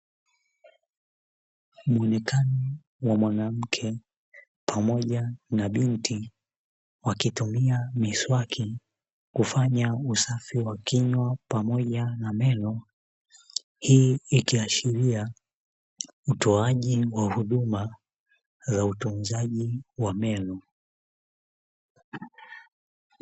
Muonekano wa mwanamke pamoja na binti wakitumia miswaki kufanya usafi wa kinywa pamoja na meno, hii ikiashiria utoaji wa huduma za utunzaji wa meno.